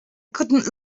couldn’t